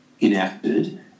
enacted